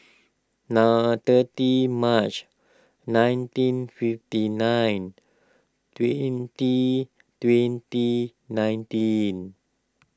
na thirty March nineteen fifty nine twenty twenty nineteen